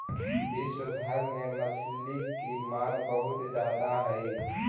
विश्व भर में मछली की मांग बहुत ज्यादा हई